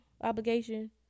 Obligation